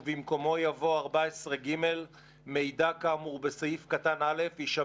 בסופו יבוא: "ולא יאוחר